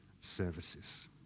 services